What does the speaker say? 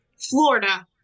florida